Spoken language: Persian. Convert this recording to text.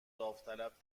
داوطلب